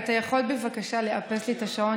אתה יכול בבקשה לאפס לי את השעון?